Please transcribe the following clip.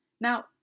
Now